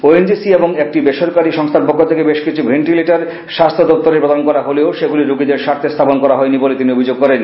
ও N G C এবং একটি বেসরকারি সংস্থার পক্ষ থেকে বেশ কিছু ভেন্টিলেটর স্বাস্থ্য দপ্তরে প্রদান করা হলেও সেগুলি রোগীদের স্বার্থে স্থাপন করা হয়নি বলে তিনি অভিযোগ করেন